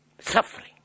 suffering